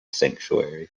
sanctuary